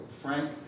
Frank